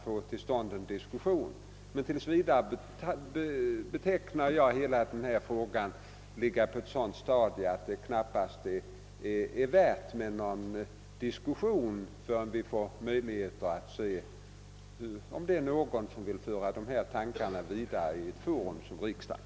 För närvarande anser jag emellertid att den befinner sig på ett sådant stadium att någon diskussion knappast är möjlig i ett forum som riksdagen.